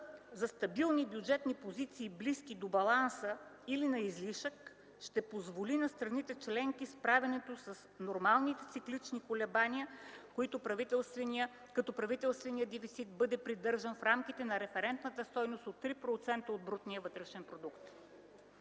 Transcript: за стабилни бюджетни позиции, близки до баланса или на излишък, ще позволи на страните членки справянето с нормалните циклични колебания, като правителственият дефицит бъде придържан в рамките на референтната стойност от 3% от брутния вътрешен продукт”.